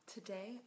Today